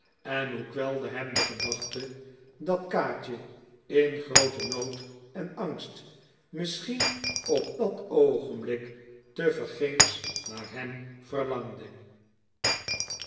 en hoe kwelde hem de gedachte dat kaatje in grooten nood en angst misschien op dat oogenblik tevergeefs naar hem verlangde